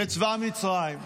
לצבא מצרים.